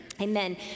amen